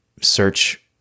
search